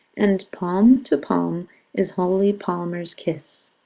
and palm to palm is holy palmers' kiss.